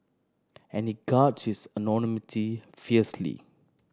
and he guards his anonymity fiercely